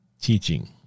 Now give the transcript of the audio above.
teaching